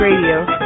Radio